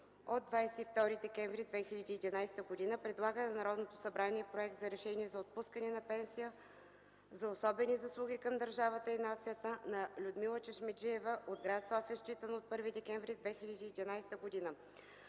от 22 декември 2011 г. предлага на Народното събрание Проект за решение за отпускане на пенсия за особени заслуги към държавата и нацията на Людмила Чешмеджиева, от гр. София, считано от 1 декември 2011 г.